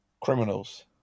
Criminals